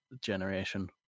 generation